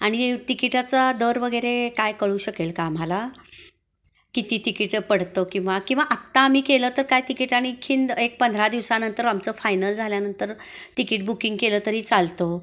आणि तिकिटाचा दर वगैरे काय कळू शकेल का आम्हाला किती तिकीटं पडतं किंवा किंवा आत्ता आम्ही केलं तर काय तिकीट आणखीन एक पंधरा दिवसानंतर आमचं फायनल झाल्यानंतर तिकीट बुकिंग केलं तरी चालतं